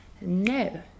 no